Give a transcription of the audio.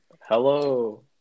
Hello